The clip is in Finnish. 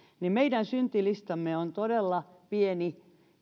ajan meidän syntilistamme on todella pieni